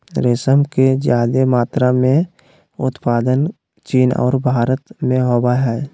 रेशम के ज्यादे मात्रा में उत्पादन चीन और भारत में होबय हइ